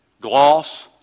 gloss